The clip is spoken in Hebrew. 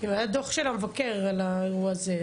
היה דו"ח של המבקר על האירוע הזה,